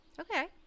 Okay